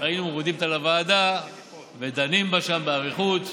היו מורידים אותה לוועדה ודנים בה שם באריכות.